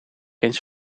eens